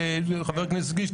חבר הכנסת קיש,